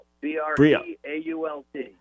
B-R-E-A-U-L-T